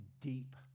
deep